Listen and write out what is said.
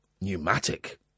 Pneumatic